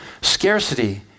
Scarcity